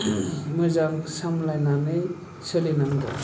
मोजां सालायनानै सोलिनांगौ